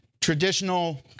traditional